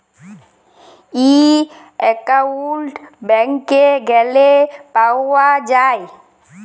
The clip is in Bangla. ই একাউল্টট ব্যাংকে গ্যালে পাউয়া যায়